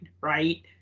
right